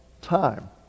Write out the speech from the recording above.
time